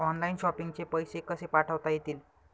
Online shopping चे पैसे कसे पाठवता येतील?